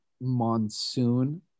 monsoon